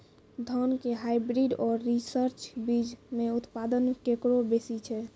धान के हाईब्रीड और रिसर्च बीज मे उत्पादन केकरो बेसी छै?